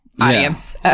audience